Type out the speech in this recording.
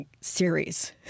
series